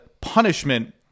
punishment